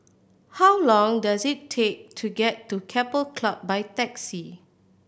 how long does it take to get to Keppel Club by taxi